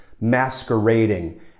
masquerading